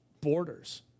borders